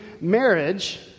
marriage